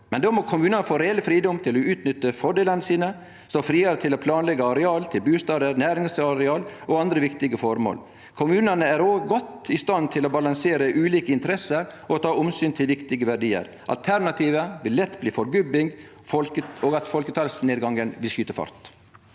men då må kommunane få reell fridom til å utnytte fordelane sine og stå friare til å planleggje areal til bustader, næringsareal og andre viktige formål. Kommunane er òg godt i stand til å balansere ulike interesser og ta omsyn til viktige verdiar. Alternativet vil lett bli at forgubbinga og folketalsnedgangen vil skyte fart.